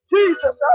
Jesus